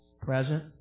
present